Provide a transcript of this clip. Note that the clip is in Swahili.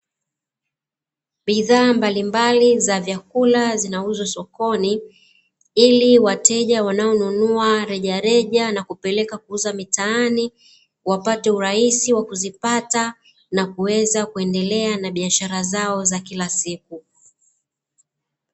Bidhaa mbalimbali za vyakula zinauzwa sokoni ili wateja wanaonunua kwa rejareja na kupeleka kuuza mitaani, wapate urahisi wa kuzipata na kuweza kuendelea na biashara zao za kila siku.